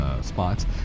spots